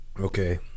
okay